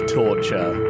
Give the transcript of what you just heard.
torture